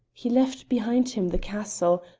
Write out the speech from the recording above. he left behind him the castle,